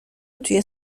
توی